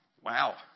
Wow